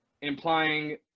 implying